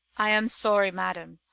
i am sorry, madam,